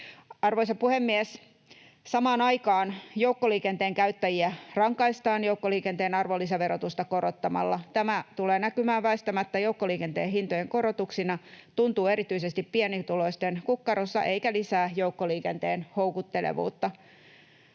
Arvoisa puhemies! Samaan aikaan joukkoliikenteen käyttäjiä rankaistaan joukkoliikenteen arvonlisäverotusta korottamalla. Tämä tulee näkymään väistämättä joukkoliikenteen hintojen korotuksina, tuntuu erityisesti pienituloisten kukkarossa eikä lisää joukkoliikenteen houkuttelevuutta.